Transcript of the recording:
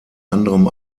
anderem